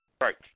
Right